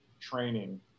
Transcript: training